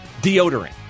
deodorant